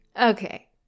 Okay